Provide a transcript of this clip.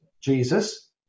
Jesus